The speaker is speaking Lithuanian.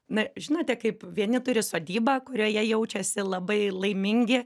na žinote kaip vieni turi sodybą kurioje jaučiasi labai laimingi